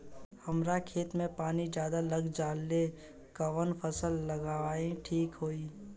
हमरा खेत में पानी ज्यादा लग जाले कवन फसल लगावल ठीक होई?